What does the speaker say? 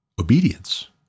obedience